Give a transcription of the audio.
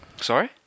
Sorry